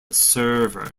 server